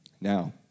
Now